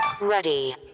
Ready